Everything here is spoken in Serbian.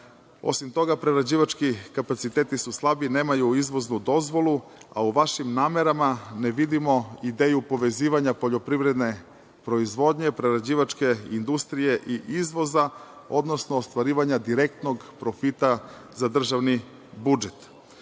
Osim toga prerađivački kapaciteti su slabi, nemaju izvoznu dozvolu, a u vašim namerama ne vidimo ideju povezivanja poljoprivredne proizvodnje, prerađivačke industrije i izvoza, odnosno ostvarivanja direktnog profita za državni budžet.